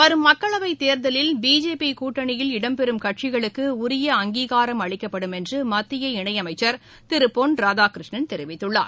வரும் மக்களவைத் தேர்தலில் பிஜேபிகூட்டணியில் இடம்பெறும் கட்சிகளுக்குஉரிய அங்கீகாரம் அளிக்கப்படும் என்றுமத்திய இணையமைச்சர் திருபொன் ராதாகிருஷ்ணன் தெரிவித்துள்ளார்